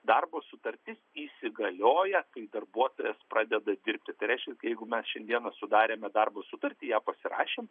darbo sutartis įsigalioja kai darbuotojas pradeda dirbti tai reiškia jeigu mes šiandieną sudarėme darbo sutartį ją pasirašėm